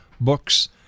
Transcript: books